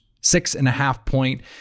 six-and-a-half-point